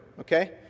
okay